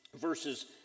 Verses